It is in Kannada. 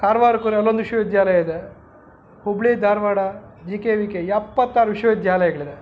ಕಾರ್ವಾರ್ಕೋದ್ರೆ ಅಲ್ಲೊಂದು ವಿಶ್ವವಿದ್ಯಾಲಯ ಇದೆ Hubballi Dharwad G K V K ಎಪ್ಪತ್ತಾರು ವಿಶ್ವವಿದ್ಯಾಲಯಗಳಿವೆ